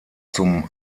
zum